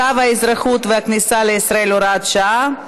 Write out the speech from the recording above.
צו האזרחות והכניסה לישראל (הוראת שעה)